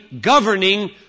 governing